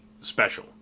special